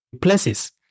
places